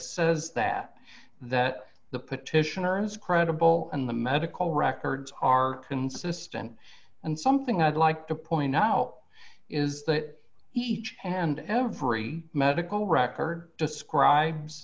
says that that the petitioner is credible and the medical records are consistent and something i'd like to point out is that each and every medical record describes